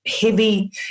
heavy